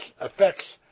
affects